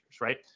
right